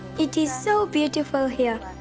it is so beautiful here.